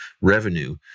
revenue